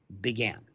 began